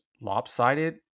lopsided